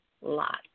lot